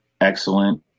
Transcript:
excellent